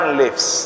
lives